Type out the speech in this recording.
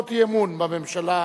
הצעת חוק ביטוח בריאות ממלכתי (תיקון,